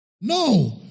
No